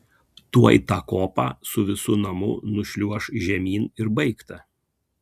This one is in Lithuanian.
tuoj tą kopą su visu namu nušliuoš žemyn ir baigta